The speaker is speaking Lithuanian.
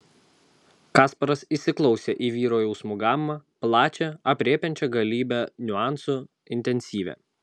kasparas įsiklausė į vyro jausmų gamą plačią aprėpiančią galybę niuansų intensyvią